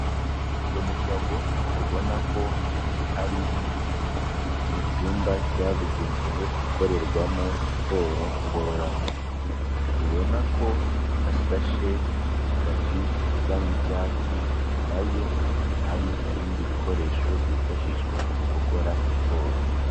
Umugabo ubona ko ari mu cyumba cyabugenewe gukorerwamo siporo ngororamubiri, ubona ko hasashe itapi isa nk'icyatsi, inyuma ye hari ibindi bikoresho byifashishwa mu gukora siporo.